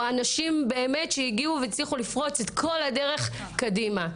אנשים שהגיעו והצליחו לפרוץ את כל הדרך קדימה.